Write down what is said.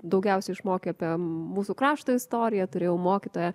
daugiausia išmokė apie mūsų krašto istoriją turėjau mokytoją